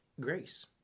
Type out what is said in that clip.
grace